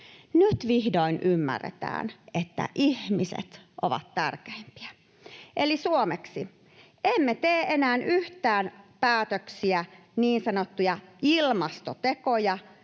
Nyt vihdoin ymmärretään, että ihmiset ovat tärkeimpiä. Eli suomeksi: emme tee enää yhtään päätöksiä, niin sanottuja ilmastotekoja,